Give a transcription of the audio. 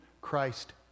Christ